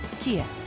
Kia